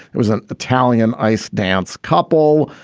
there was an italian ice dance couple.